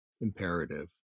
imperative